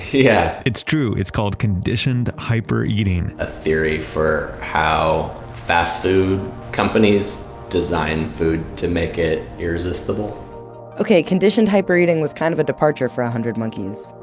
yeah it's true. it's called conditioned hyper eating, a theory for how fast food companies design food to make it irresistible okay, conditioned hyper eating was kind of a departure for one ah hundred monkeys.